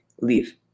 leave